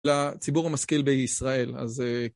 לציבור המשכיל בישראל, אז...